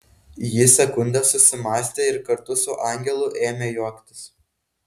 ji sekundę susimąstė ir kartu su angelu ėmė juoktis